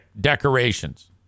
decorations